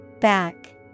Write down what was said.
Back